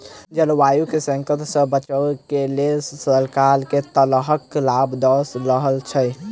जलवायु केँ संकट सऽ बचाबै केँ लेल सरकार केँ तरहक लाभ दऽ रहल छै?